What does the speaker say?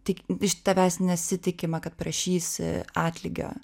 tik iš tavęs nesitikima kad prašys atlygio